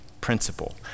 principle